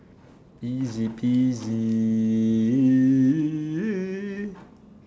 easy peasy